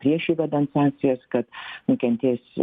prieš įvedant sankcijas kad nukentės